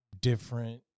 different